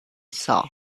saw